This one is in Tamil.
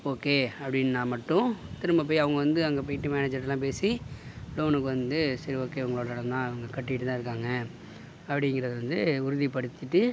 ஓகே அப்படின்னா மட்டும் திரும்ப போய் அவங்க வந்து அங்கே போயிவிட்டு மேனேஜர்ட்டலாம் பேசி லோனுக்கு வந்து சரி ஓகே உங்களோட இடந்தான் அவங்க கட்டிகிட்டு தான் இருக்காங்க அப்படிங்கிறத வந்து உறுதிப்படுத்திட்டு